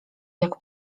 jak